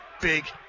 big